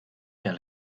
car